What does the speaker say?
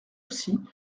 aussi